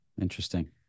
interesting